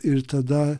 ir tada